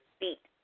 Beat